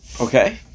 Okay